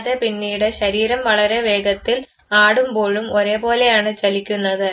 കൂടാതെ പിന്നീട് ശരീരം വളരെ വേഗത്തിൽ ആടുമ്പോഴും ഒരേ പോലെയാണ് ചലിക്കുന്നത്